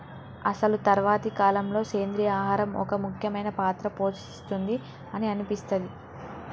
అసలు తరువాతి కాలంలో, సెంద్రీయ ఆహారం ఒక ముఖ్యమైన పాత్ర పోషిస్తుంది అని అనిపిస్తది